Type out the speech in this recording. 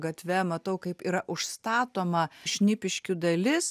gatve matau kaip yra užstatoma šnipiškių dalis